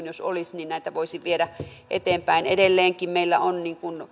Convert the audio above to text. jos perustuslakituomioistuin olisi niin näitä voisi viedä eteenpäin edelleenkin meillä on